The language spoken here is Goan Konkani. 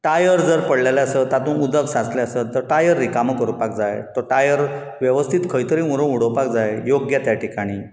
टायर जर पडलेले आसत तातून उदक सांचलें आसत तर टायर रिकामो करपाक जाय तो टायर वेवस्थीत खंय तरी व्हरून उडोवपाक जाय योग्य त्या ठिकाणी